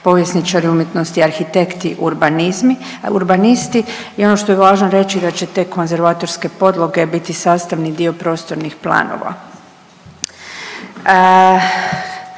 povjesničari umjetnosti, arhitekti, urbanisti i ono što je važno reći da će te konzervatorske podloge biti sastavni dio prostornih planova.